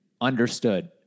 understood